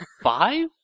Five